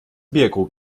bierkrug